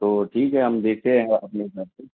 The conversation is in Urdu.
تو ٹھیک ہے ہم دیکھتے ہیں اپنے حساب سے